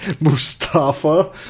Mustafa